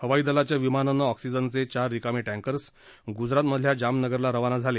हवाई दलाच्या विमानानं ऑक्सिजनचे चार रिकामे टँकर गुजरातमधल्या जामनगरला रवाना झाले